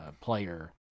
player